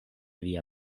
via